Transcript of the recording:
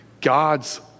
God's